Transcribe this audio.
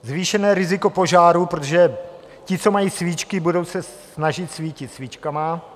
Zvýšené riziko požárů, protože ti, co mají svíčky, budou se snažit svítit svíčkami.